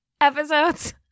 episodes